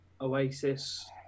Oasis